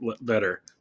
better